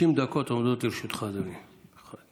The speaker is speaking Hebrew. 60 דקות עומדות לרשותך, אדוני.